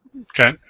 Okay